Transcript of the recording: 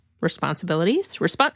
responsibilities